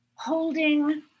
Holding